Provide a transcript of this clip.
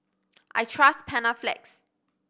I trust Panaflex